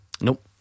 Nope